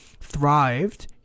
thrived